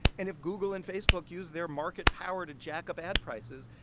and if google and facebook use their market power to jack up ad prices,